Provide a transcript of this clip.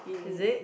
is it